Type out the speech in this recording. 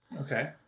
Okay